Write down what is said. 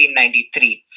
1993